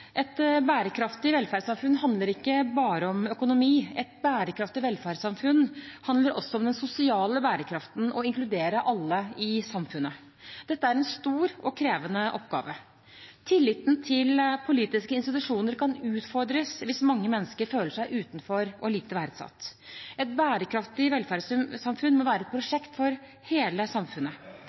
Et bærekraftig velferdssamfunn handler ikke bare om økonomi. Et bærekraftig velferdssamfunn handler også om den sosiale bærekraften – å inkludere alle i samfunnet. Dette er en stor og krevende oppgave. Tilliten til politiske institusjoner kan utfordres hvis mange mennesker føler seg utenfor og lite verdsatt. Et bærekraftig velferdssamfunn må være et prosjekt for hele samfunnet.